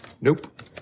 Nope